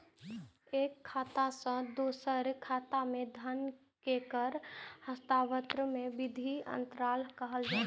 एक खाता सं दोसर खाता मे धन केर हस्तांतरण कें निधि अंतरण कहल जाइ छै